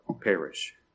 perish